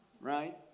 right